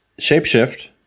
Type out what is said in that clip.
Shapeshift